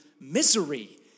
misery